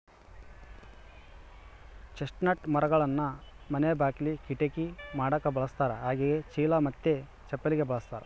chestnut ಮರಗಳನ್ನ ಮನೆ ಬಾಕಿಲಿ, ಕಿಟಕಿ ಮಾಡಕ ಬಳಸ್ತಾರ ಹಾಗೆಯೇ ಚೀಲ ಮತ್ತೆ ಚಪ್ಪಲಿಗೆ ಬಳಸ್ತಾರ